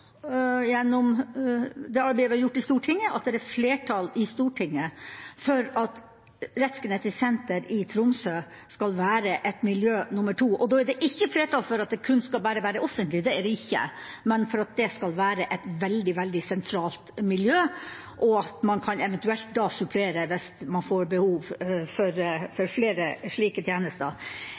gjennom det arbeidet vi har gjort i Stortinget, er flertall i Stortinget for at Rettsgenetisk senter i Tromsø skal være et miljø nummer to. Da er det ikke flertall for at det kun skal være offentlig – det er det ikke – men for at det skal være et veldig sentralt miljø, og at man eventuelt kan supplere hvis man får behov for flere slike tjenester.